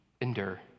endure